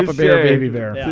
baby bear.